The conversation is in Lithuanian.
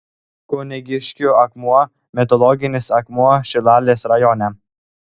kunigiškių akmuo mitologinis akmuo šilalės rajone